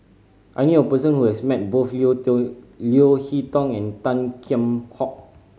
I knew a person who has met both Leo Leo Hee Tong and Tan Kheam Hock